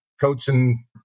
coaching